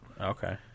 Okay